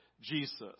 Jesus